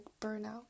burnout